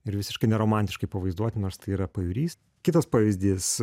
ir visiškai neromantiškai pavaizduoti nors tai yra pajūrys kitas pavyzdys